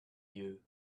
you